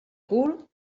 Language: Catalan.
cul